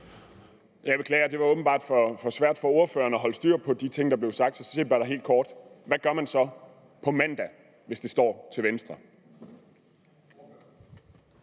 Jeg beklager, det var åbenbart for svært for ordføreren at holde styr på de ting, der blev sagt. Derfor helt kort: Hvad gør man så på mandag, hvis det står til Venstre?